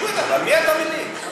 על מי אתה מלין?